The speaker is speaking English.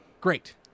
Great